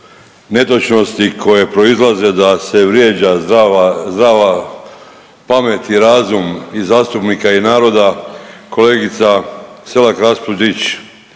netočnosti koje proizlaze da se vrijeđa zdrava, zdrava pamet i razum i zastupnika i naroda kolegica Selak Raspudić